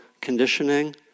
conditioning